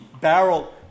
barrel